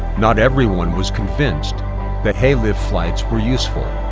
not everyone was convinced the hay lift flights were useful.